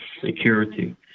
security